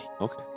Okay